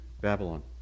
Babylon